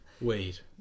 Wait